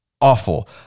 awful